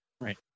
right